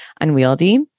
unwieldy